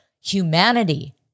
humanity